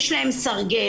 יש להן סרגל.